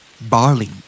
Barley